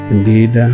Indeed